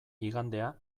igandea